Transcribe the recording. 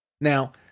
Now